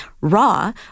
raw